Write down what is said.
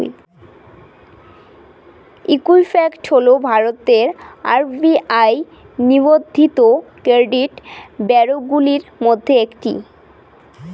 Equifax হল ভারতের RBI নিবন্ধিত ক্রেডিট ব্যুরোগুলির মধ্যে একটি